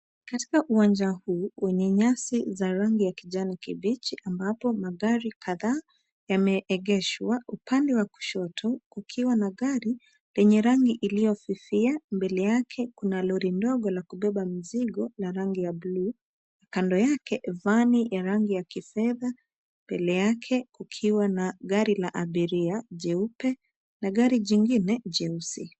Katika uwanja huu wenye nyasi za kijani kibichi ambapo magari kadhaa yameegeshwa upande wa kushoto kukiwa Nagari lenye rangi iliofufia mbele yake kuna Lori ndogo la kubebea mizigo ya rangi ya blue kando Yake vani ya rangi ya kifedha mbele yake kukiwa na gari la abiria jeupe na gari kingine jeusi.